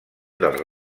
dels